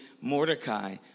Mordecai